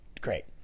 Great